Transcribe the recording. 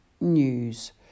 News